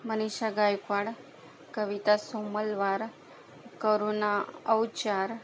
Manisha Gaikwad Kavita Summalwar Karuna Avchar